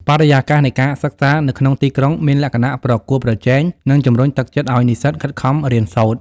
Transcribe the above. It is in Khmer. បរិយាកាសនៃការសិក្សានៅក្នុងទីក្រុងមានលក្ខណៈប្រកួតប្រជែងនិងជំរុញទឹកចិត្តឱ្យនិស្សិតខិតខំរៀនសូត្រ។